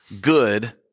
good